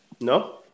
no